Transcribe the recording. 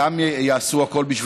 גם יעשו הכול בשביל יהודים,